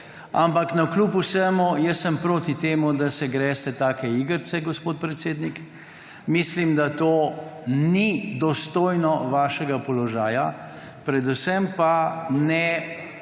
Ampak navkljub vsemu jaz sem proti temu, da se greste take igrice, gospod predsednik. Mislim, da to ni dostojno vašega položaja, predvsem pa ne tega